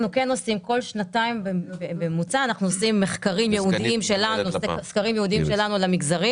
אנחנו עושים כל שנתיים בממוצע מחקרים ייעודיים שלנו למגזרים